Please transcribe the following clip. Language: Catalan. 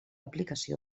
aplicació